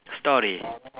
story